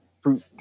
fruit